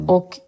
Och